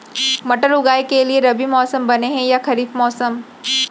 मटर उगाए के लिए रबि मौसम बने हे या खरीफ मौसम?